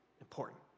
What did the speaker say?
important